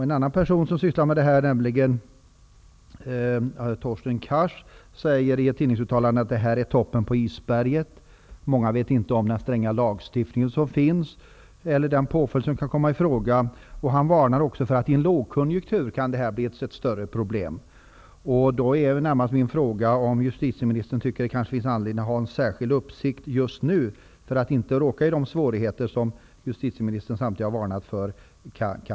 En annan person som sysslar med detta, nämligen Thorsten Cars, säger i ett tidningsuttalande att det här är toppen på isberget, att många inte känner till den stränga lagstifting som finns eller den påföljd som kan komma i fråga. Han varnar också för att det här kan bli ett större problem i en lågkonjunktur. Min fråga är då: Tycker justitieministern att det finns anledning att hålla särskild uppsikt just nu, för att vi inte skall råka i de svårigheter som justitieministern samtidigt har varnat för?